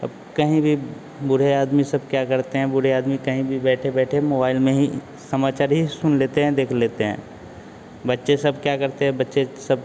अब कहीं भी बूढ़े आदमी सब क्या करते हैं बूढ़े आदमी कहीं भी बैठे बैठे मोवाइल में ही समाचार ही सुन लेते हैं देख लेते हैं बच्चे सब क्या करते हैं बच्चे सब